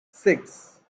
six